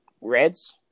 Red's